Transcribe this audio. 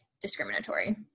discriminatory